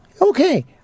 Okay